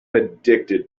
addicted